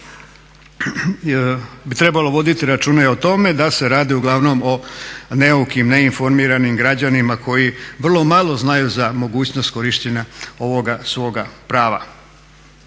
bi trebalo voditi računa i o tome da se radi uglavnom o neukim, neinformiranim građanima koji vrlo malo znaju za mogućnost korištenja ovoga svoga prava.